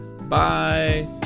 bye